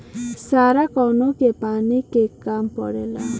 सारा कौनो के पानी के काम परेला